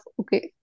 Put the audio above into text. okay